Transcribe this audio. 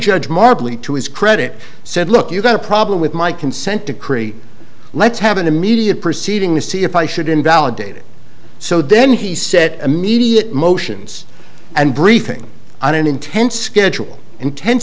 judge markley to his credit said look you've got a problem with my consent decree let's have an immediate proceeding see if i should invalidated so then he said immediate motions and briefing on an intense schedule intense